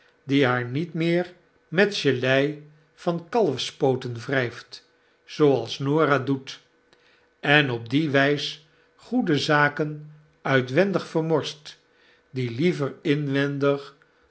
die haar niet met gelei van kalfspooten wrijft zooals norah doet en op diewysgoede zaken uitwendig vermorst die liever inwendig